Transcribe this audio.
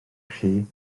chwi